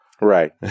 Right